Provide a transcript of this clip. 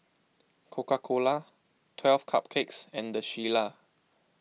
Coca Cola twelve Cupcakes and the Shilla